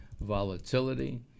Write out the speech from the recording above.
volatility